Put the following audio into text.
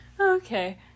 Okay